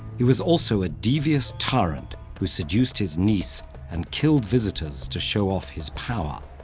he was also a devious tyrant who seduced his niece and killed visitors to show off his power.